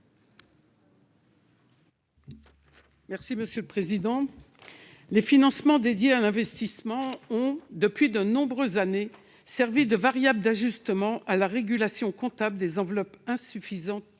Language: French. Mme Raymonde Poncet Monge. Les financements dédiés à l'investissement ont servi, depuis de nombreuses années, de variable d'ajustement à la régulation comptable des enveloppes insuffisantes